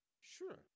Sure